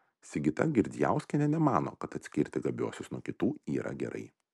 sigita girdzijauskienė nemano kad atskirti gabiuosius nuo kitų yra gerai